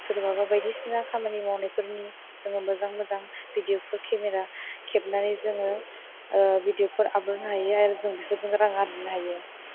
सोरबाबा बायदिसिना खामानि मावनायफोरनि जोङो मोजां मोजां भिडिय'फोर केमेरा खेबनानै जोङो भिदिय'फोर आपल'द होनो हायो आरो जों बेफोरजों रां आर्जिनो हायो